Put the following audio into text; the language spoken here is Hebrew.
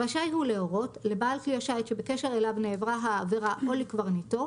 רשאי הוא להורות לבעל כלי השיט שבקשר אליו נעברה העבירה או לקברניטו,